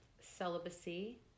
Celibacy